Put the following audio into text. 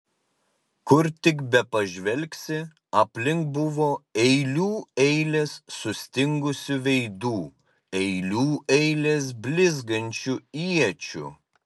kur tik bepažvelgsi aplink buvo eilių eilės sustingusių veidų eilių eilės blizgančių iečių